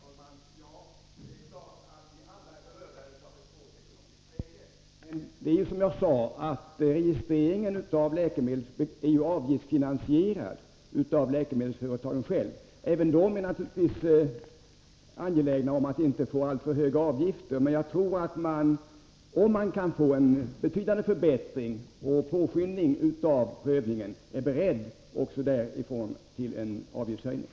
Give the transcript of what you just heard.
Herr talman! Det är klart att vi alla är berörda av ett svårt ekonomiskt läge. Men som jag sade finansieras ju registreringen av läkemedel genom avgifter från läkemedelsföretagen själva. Även de är naturligtvis angelägna om att inte få alltför höga avgifter, men om det kan bli en betydande förbättring och påskyndning av prövningen tror jag ändå att läkemedelsföretagen är beredda på en avgiftshöjning.